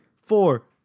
four